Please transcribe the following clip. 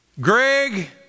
Greg